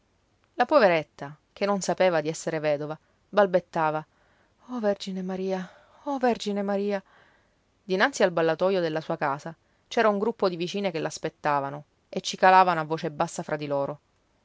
la poveretta che non sapeva di essere vedova balbettava oh vergine maria oh vergine maria dinanzi al ballatoio della sua casa c'era un gruppo di vicine che l'aspettavano e cicalavano a voce bassa fra di loro